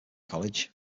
college